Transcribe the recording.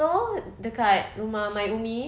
so dekat rumah my umi